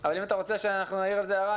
אבל אם אתה רוצה שאנחנו נעיר הערה,